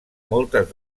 moltes